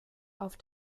auf